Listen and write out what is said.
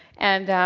and